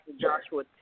Joshua